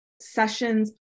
sessions